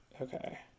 Okay